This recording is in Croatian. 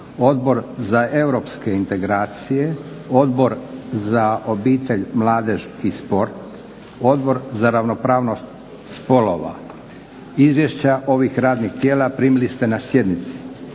Odbor za europske integracije, Odbor za obitelj, mladež i sport, Odbor za ravnopravnost spolova. Izvješća ste primili na sjednici.